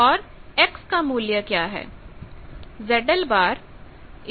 और X का मूल्य क्या है